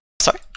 sorry